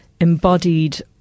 embodied